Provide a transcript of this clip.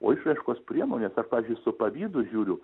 o išraiškos priemonės aš pavyzdžiui su pavydu žiūriu